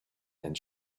and